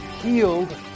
healed